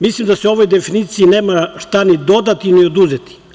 Mislim da se ovoj definiciji nema šta ni dodati, ni oduzeti.